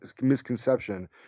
misconception